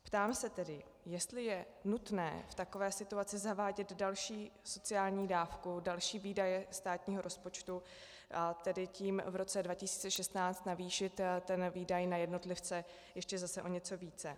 Ptám se tedy, jestli je nutné v takové situaci zavádět další sociální dávku, další výdaje státního rozpočtu, a tedy tím v roce 2016 navýšit výdaj na jednotlivce ještě zase o něco více.